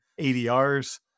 ADRs